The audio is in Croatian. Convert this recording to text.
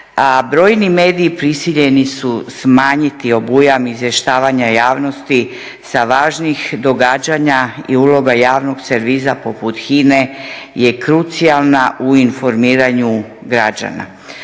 a brojni mediji prisiljeni su smanjiti obujam izvještavanja javnosti sa važnih događanja i uloga javnog servisa poput HINA-e je krucijalna u informiranju građana.